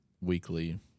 weekly